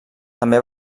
també